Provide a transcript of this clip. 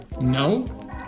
no